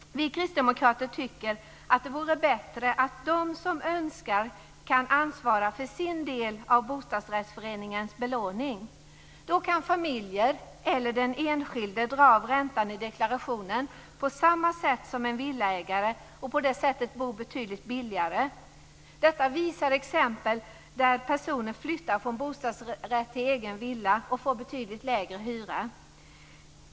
Vi kristdemokrater tycker att det vore bättre att de som önskar kan ansvara för sin del av bostadsrättsföreningens belåning. Då kan familjer eller den enskilde dra av räntan i deklarationen på samma sätt som en villaägare och på det sättet bo betydligt billigare. Detta visar exemplen där personer flyttar från bostadsrätt till egen villa och får betydligt lägre hyra.